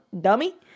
Dummy